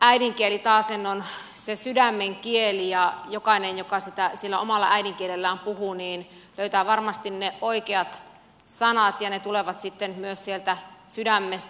äidinkieli taasen on sydämen kieli ja jokainen joka omalla äidinkielellään puhuu löytää varmasti ne oikeat sanat ja ne tulevat myös sydämestä